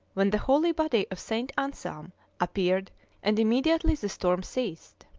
when the holy body of st. anselm appeared and immediately the storm ceased.